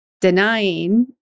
denying